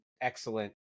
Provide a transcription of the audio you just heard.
excellent